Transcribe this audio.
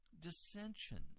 dissensions